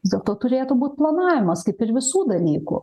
vis dėl to turėtų būt planavimas ir visų dalykų